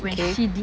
okay